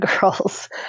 girls